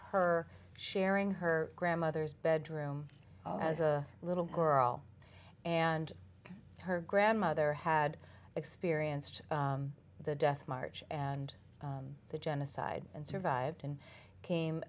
her sharing her grandmother's bedroom as a little girl and her grandmother had experienced the death march and the genocide and survived and came